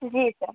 जी sir